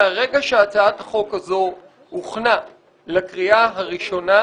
מהרגע שהצעת החוק הזו הוכנה לקריאה הראשונה,